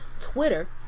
Twitter